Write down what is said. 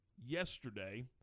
yesterday